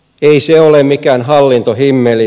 ei se ole mikään hallintohimmeli